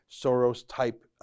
Soros-type